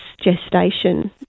gestation